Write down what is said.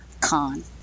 con